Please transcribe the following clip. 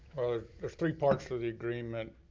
there's three parts to the agreement.